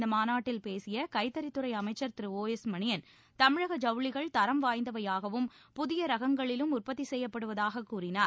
இந்த மாநாட்டில் பேசிய கைத்தறித்துறை அமைச்சர் திரு ஒ எஸ் மணியன் தமிழக ஜவுளிகள் தரம் வாய்ந்தவையாகவும் புதிய ரகங்களிலும் உற்பத்தி செய்யப்படுவதாகக் கூறினார்